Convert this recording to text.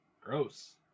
gross